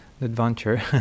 adventure